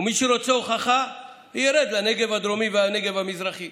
ומי שרוצה הוכחה ירד לנגב הדרומי ולנגב המזרחי,